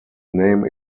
name